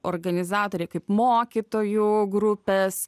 organizatoriai kaip mokytojų grupės